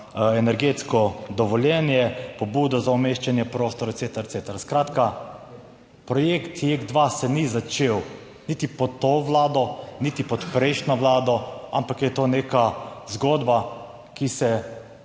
energetsko dovoljenje, pobudo za umeščanje v prostor, etc, etc. Skratka projekt Jek 2 se ni začel niti pod to vlado, niti pod prejšnjo vlado, ampak je to neka zgodba, ki se